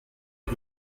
est